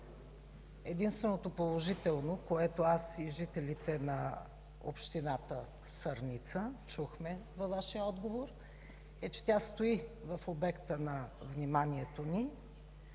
Единственото положително, което аз и жителите на община Сърница чухме във Вашия отговор, е, че тя стои в обекта на вниманието Ви.